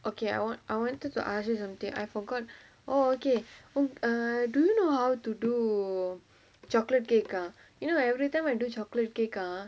okay I want I wanted to ask you something I forgot oh okay err do you know how to do chocolate cake ah you know every time when do chocolate cake ah